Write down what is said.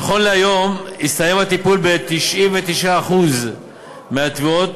נכון להיום, הסתיים הטיפול ב-99% מהתביעות.